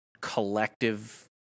collective